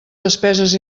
despeses